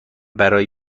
برای